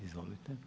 Izvolite.